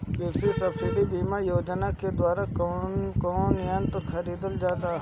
कृषि सब्सिडी बीमा योजना के द्वारा कौन कौन यंत्र खरीदल जाला?